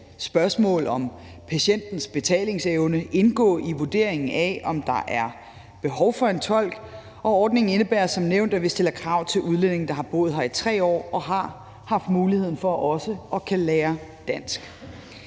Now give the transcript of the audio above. spørgsmål om patientens betalingsevne indgå i vurderingen af, om der er behov for en tolk, og ordningen indebærer som nævnt, at vi stiller krav til udlændinge, der har boet her i 3 år og har haft muligheden for også at kunne lære dansk.